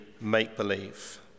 make-believe